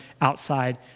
outside